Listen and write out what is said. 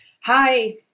Hi